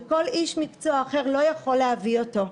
שכל איש מקצוע אחר לא יכול להביא אותו.